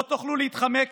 לא תוכלו להתחמק